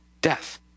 death